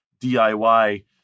DIY